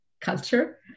culture